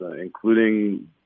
including